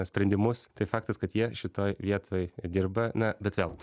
sprendimus tai faktas kad jie šitoj vietoj dirba na bet vėl